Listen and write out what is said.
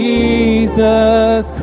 Jesus